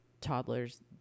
toddlers